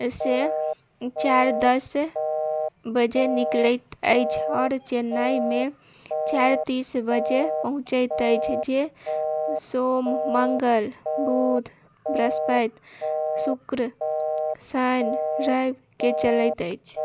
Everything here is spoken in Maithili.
से चारि दस बजे निकलैत अछि आओर चेन्नईमे चारि तीस बजे पहुँचैत अछि जे सोम मङ्गल बुध बृहस्पति शुक्र शनि रवि के चलैत अछि